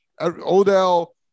Odell